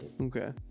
Okay